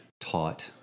taught